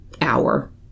hour